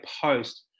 Post